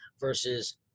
versus